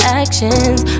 actions